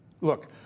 Look